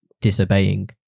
disobeying